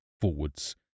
forwards